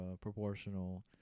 proportional